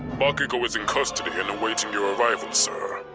bakugo is in custody and awaiting your arrival, sir.